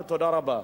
תודה רבה.